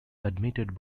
admitted